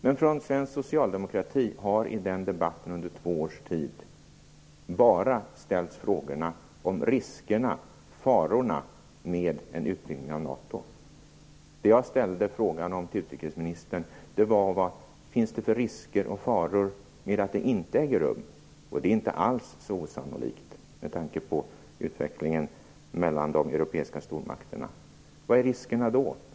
Men från svensk socialdemokrati har i den debatten under två års tid bara ställts frågorna om riskerna och farorna med en utvidgning av NATO. Det jag frågade utrikesministern var: Vad finns det för risker och faror med att en utvidgning inte äger rum? Det är inte alls så osannolikt med tanke på utvecklingen mellan de europeiska stormakterna. Vad är riskerna då?